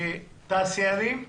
התעשיינים.